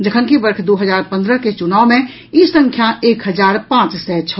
जखनकि वर्ष दू हजार पंद्रह के चुनाव मे ई संख्या एक हजार पांच सय छल